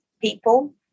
people